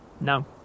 No